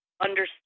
understand